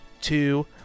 two